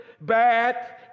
bad